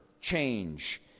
change